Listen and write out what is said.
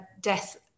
death